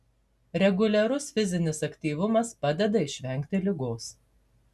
reguliarus fizinis aktyvumas padeda išvengti ligos